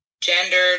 gendered